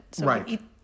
Right